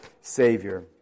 Savior